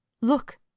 Look